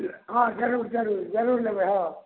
लिअ हँ जरूर जरूर जरूर लेबै हऽ